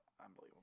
unbelievable